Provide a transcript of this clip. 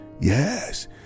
yes